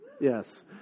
Yes